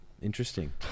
Interesting